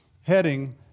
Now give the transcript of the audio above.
heading